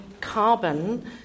carbon